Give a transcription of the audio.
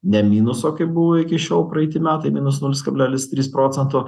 ne minuso kaip buvo iki šiol praeiti metai minus nulis kablelis trys procento